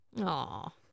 Aw